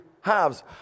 halves